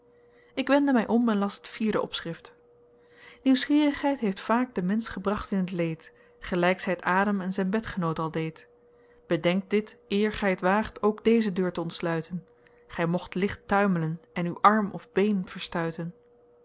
ik wendde mij om en las het vierde opschrift nieuwsgierigheid heeft vaak den mensch gebracht in t leed gelijk zij t adam en zijn bedgenoot al deed bedenkt dit eer gij t waagt ook deze deur te ontsluiten gij mocht licht tuim'len en u arm of been verstuiten